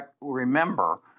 remember